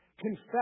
Confess